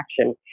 action